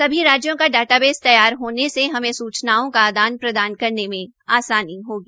सभी राज्यों का डाटाबेस तैयार होने से हमें सूचनाओं का आदान प्रदान करने में आसानी होगी